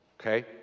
okay